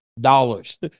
dollars